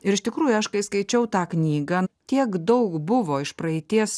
ir iš tikrųjų aš kai skaičiau tą knygą tiek daug buvo iš praeities